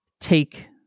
Take